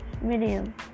medium